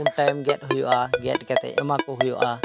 ᱩᱱ ᱴᱟᱭᱤᱢ ᱜᱮᱫ ᱦᱩᱭᱩᱜᱼᱟ ᱜᱮᱫ ᱠᱟᱛᱮᱫ ᱮᱢᱟ ᱠᱚ ᱦᱩᱭᱩᱜᱼᱟ